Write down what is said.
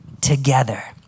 together